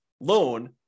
loan